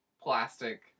plastic